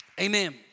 Amen